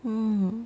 mm